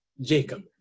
Jacob